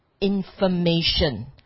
information